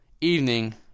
evening